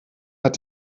hat